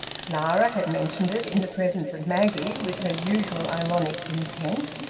clara had mentioned it in the presence of maggie, with her usual ironic intent,